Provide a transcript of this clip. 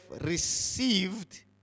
received